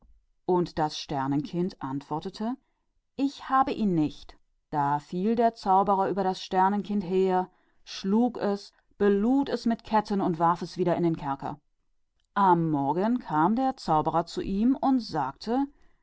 und das sternenkind sagte ich habe es nicht da fiel der zauberer über das sternenkind her und schlug es und belud es mit ketten und warf es wieder in den kerker und am folgenden morgen kam der zauberer zu ihm und sagte